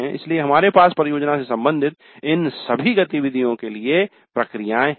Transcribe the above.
इसलिए हमारे पास परियोजनाओं से संबंधित इन सभी गतिविधियों के लिए प्रक्रियाएं हैं